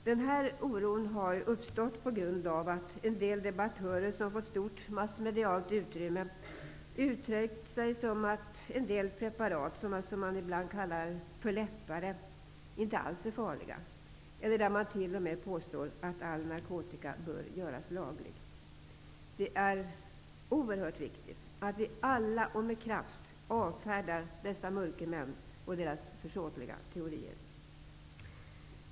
Den här oron har uppstått på grund av att en del debattörer, som har fått stort massmedialt utrymme, uttryckt att en del preparat, s.k. lättare sådana, inte alls är farliga. Det har ibland t.o.m. påståtts att all narkotika bör legaliseras. Det är oerhört viktigt att vi alla med kraft avfärdar dessa mörkermän och deras försåtliga teorier.